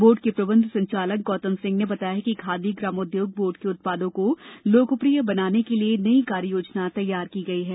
board के प्रबन्ध संचालक गौतम सिंह ने बताया है कि खादी ग्रामोद्योग बोर्ड के उत्पादों को लोकप्रिय बनाने के लिए नई कार्ययोजना तैयार की गई है